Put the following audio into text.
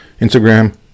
Instagram